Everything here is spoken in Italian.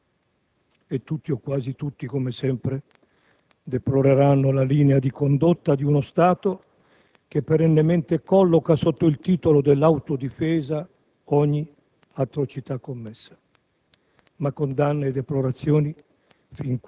Certo, tutti condanneranno questa strage e tutti, o quasi tutti, come sempre, deploreranno la linea di condotta di uno Stato che perennemente colloca sotto il titolo dell'autodifesa ogni atrocità commessa.